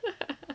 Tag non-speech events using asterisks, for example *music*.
*laughs*